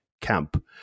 camp